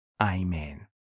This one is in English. Amen